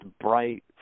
bright